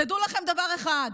תדעו לכם דבר אחד: